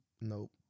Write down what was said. Nope